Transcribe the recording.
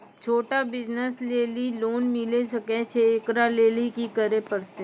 छोटा बिज़नस लेली लोन मिले सकय छै? एकरा लेली की करै परतै